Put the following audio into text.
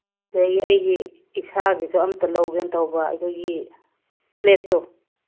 ꯆꯍꯤ ꯑꯩꯒꯤ ꯏꯁꯥꯒꯤꯁꯨ ꯑꯝꯇ ꯂꯧꯒꯦꯅ ꯇꯧꯕ ꯑꯩꯈꯣꯏꯒꯤ ꯐ꯭ꯂꯦꯠꯇꯣ